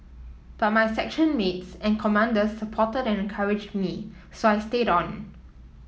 but my section mates and commanders supported and encouraged me so I stayed on